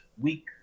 week